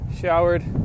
showered